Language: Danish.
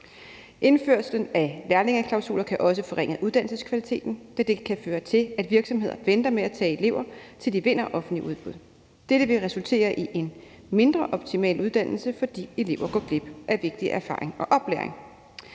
Indførelsen af lærlingeklausuler kan også forringe uddannelseskvaliteten, da det kan føre til, at virksomheder venter med at tage elever, til de vinder offentlige udbud. Dette vil resultere i en mindre optimal uddannelse, fordi elever går glip af vigtig erfaring og oplæring.